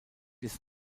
ist